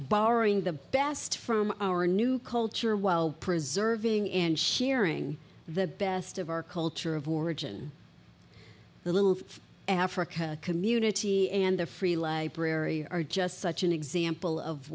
barring the best from our new culture while preserving and sharing the best of our culture of origin the little africa community and the free library are just such an example of